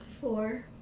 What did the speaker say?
four